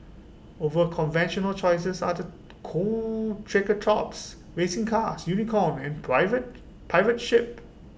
over conventional choices are the cool triceratops racing cars unicorn and private pirate ship